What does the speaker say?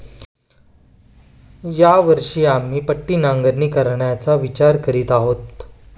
या वर्षी आम्ही पट्टी नांगरणी करायचा विचार करत आहोत